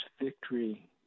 victory